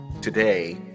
today